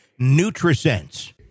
nutrisense